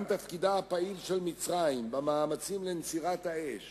גם תפקידה הפעיל של מצרים במאמצים לנצירת האש